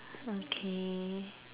okay